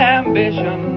ambition